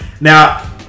Now